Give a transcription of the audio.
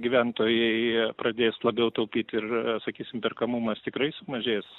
gyventojai pradės labiau taupyt ir sakysim perkamumas tikrai sumažės